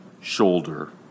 shoulder